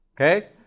Okay